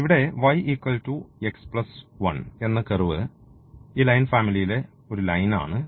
ഇവിടെ y x 1 എന്ന curve ഈ ലൈൻ ഫാമിലിയിലെ ഒരു ലൈൻ ആണ്